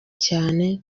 cyane